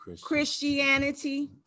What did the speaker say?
christianity